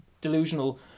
delusional